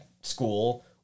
school